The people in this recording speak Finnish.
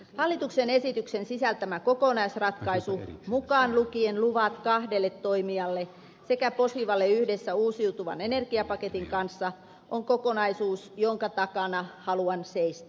hallituksen esityksen sisältämä kokonaisratkaisu mukaan lukien luvat kahdelle toimijalle sekä posivalle yhdessä uusiutuvan energiapaketin kanssa on kokonaisuus jonka takana haluan seistä